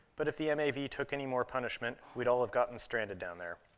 but if the mav yeah took anymore punishment, we'd all have gotten stranded down there.